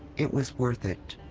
it was worth it.